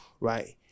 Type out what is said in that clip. right